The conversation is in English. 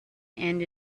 and